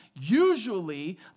usually